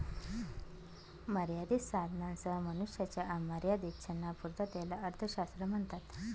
मर्यादित साधनांसह मनुष्याच्या अमर्याद इच्छांच्या पूर्ततेला अर्थशास्त्र म्हणतात